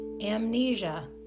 amnesia